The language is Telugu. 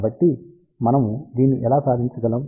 కాబట్టి మనము దీన్ని ఎలా సాధించగలం